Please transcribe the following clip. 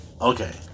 Okay